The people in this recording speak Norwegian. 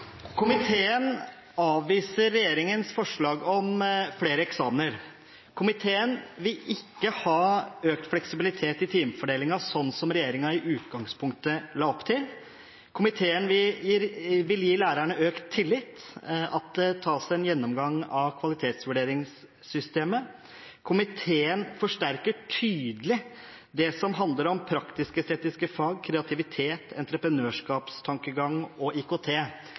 Komiteen avviser regjeringens forslag om flere eksamener. Komiteen vil ikke ha økt fleksibilitet i timefordelingen, som regjeringen i utgangspunktet la opp til. Komiteen vil gi lærerne økt tillit – at det tas en gjennomgang av kvalitetsvurderingssystemet. Komiteen forsterker tydelig det som handler om praktisk-estetiske fag, kreativitet, entreprenørskapstankegang og IKT,